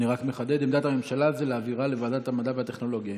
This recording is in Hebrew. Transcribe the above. אני רק מחדד: עמדת הממשלה זה להעבירה לוועדת המדע והטכנולוגיה,